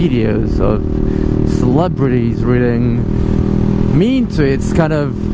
videos of celebrities reading mean tweets kind of